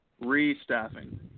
re-staffing